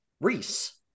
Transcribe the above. Reese